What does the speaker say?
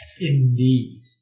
Indeed